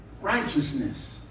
righteousness